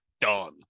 done